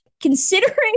Considering